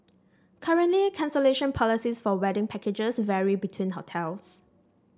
currently cancellation policies for wedding packages vary between hotels